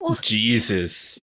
Jesus